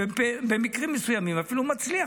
ובמקרים מסוימים אפילו מצליח,